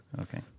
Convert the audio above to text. Okay